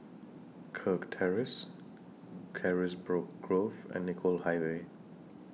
Kirk Terrace Carisbrooke Grove and Nicoll Highway